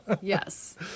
Yes